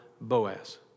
Boaz